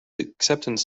acceptance